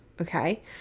okay